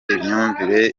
imyumvire